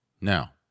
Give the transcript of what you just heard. Now